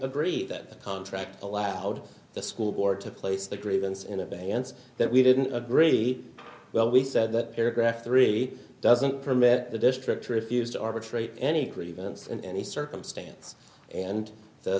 agree that the contract allowed the school board to place the grievance in abeyance that we didn't agree well we said that paragraph three doesn't permit the district to refuse to arbitrate any grievance in any circumstance and the